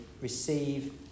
receive